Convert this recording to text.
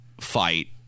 fight